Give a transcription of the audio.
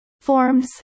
Forms